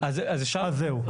אז זהו.